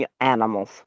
animals